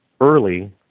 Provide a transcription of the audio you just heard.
early